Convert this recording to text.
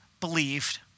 believed